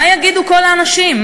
מה יגידו כל האנשים?